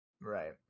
right